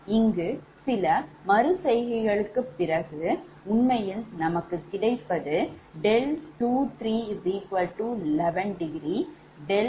இங்கு சில மறு செய்கைளுக்குப் பிறகு உண்மையில் நமக்கு கிடைப்பது 𝛿2311∘ 𝛿31−6∘ 𝑃g11